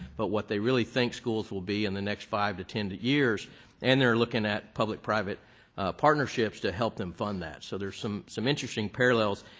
but what they really think schools will be in the next five to ten years and they're looking at public-private partnerships to help them fund that. so there's some some interesting parallels.